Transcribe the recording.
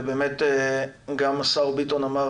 ובאמת גם השר ביטון אמר